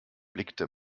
blickte